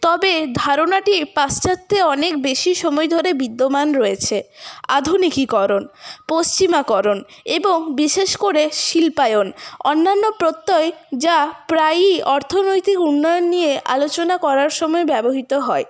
তবে ধারণাটির পাশ্চাত্যে অনেক বেশি সময় ধরে বিদ্যমান রয়েছে আধুনিকীকরণ পশ্চিমাকরণ এবং বিশেষ করে শিল্পায়ন অন্যান্য প্রত্যয় যা প্রায়ই অর্থনৈতিক উন্নয়ন নিয়ে আলোচনা করার সময় ব্যবহৃত হয়